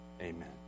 amen